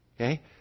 Okay